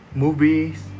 movies